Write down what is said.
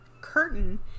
curtain